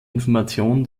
information